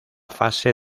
fase